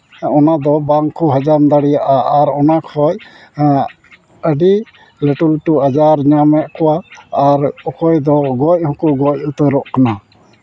ᱚᱱᱟᱫᱚ ᱵᱟᱝᱠᱚ ᱦᱟᱡᱟᱢ ᱫᱟᱲᱮᱭᱟᱜᱼᱟ ᱟᱨ ᱚᱱᱟ ᱠᱷᱚᱱ ᱟᱹᱰᱤ ᱞᱟᱹᱴᱩ ᱞᱟᱹᱴᱩ ᱟᱡᱟᱨ ᱧᱟᱢᱮᱫ ᱠᱚᱣᱟ ᱟᱨ ᱚᱠᱚᱭ ᱫᱚ ᱜᱚᱡ ᱦᱚᱸᱠᱚ ᱜᱚᱡ ᱩᱛᱟᱹᱨᱚᱜ ᱠᱟᱱᱟ